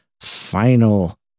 final